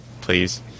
please